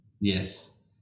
Yes